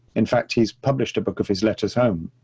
in fact, he's published a book of his letters home.